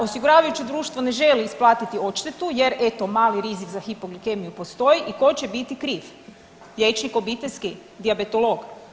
Osiguravajuće društvo ne želi isplatiti odštetu jer eto mali rizik za hipoglikemiju postoji i tko će biti kriv, liječnik obiteljski, dijabetolog?